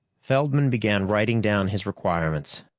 feldman began writing down his requirements,